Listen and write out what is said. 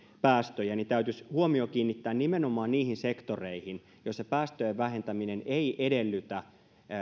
päästöjä täytyisi huomio kiinnittää nimenomaan niihin sektoreihin joilla päästöjen vähentäminen ei edellytä